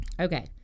Okay